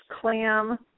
clam